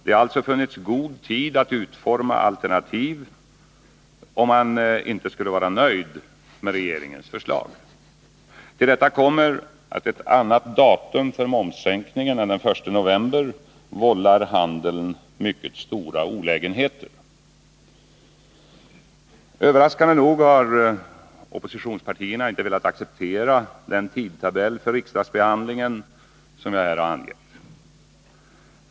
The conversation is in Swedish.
Det har alltså funnits god tid att utforma alternativ, om man inte skulle vara nöjd med regeringens förslag. Till detta kommer att ett annat datum för momssänkningen än den 1 november skulle vålla handeln mycket stora olägenheter. Överraskande nog har oppositionspartierna inte velat acceptera den tidtabell för riksdagsbehandlingen som jag här har angett.